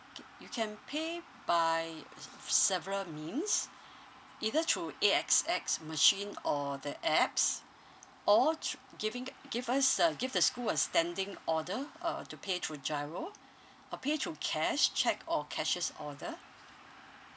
K you can pay by several means either through A_X_S machine or the apps or through giving give us uh give the school a standing order uh to pay through GIRO or pay through cash cheque or cashier's order